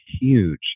huge